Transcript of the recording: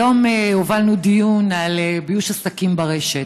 היום הובלנו דיון על ביוש עסקים ברשת.